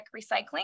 recycling